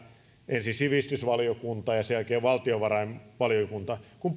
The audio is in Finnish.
ensin sivistysvaliokunta ja sen jälkeen valtiovarainvaliokunta